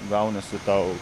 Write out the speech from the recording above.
gaunasi tau